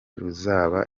ruzaba